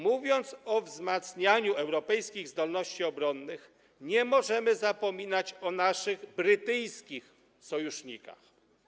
Mówiąc o wzmacnianiu europejskich zdolności obronnych, nie możemy zapominać o naszych brytyjskich sojusznikach.